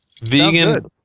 Vegan